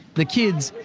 the kids,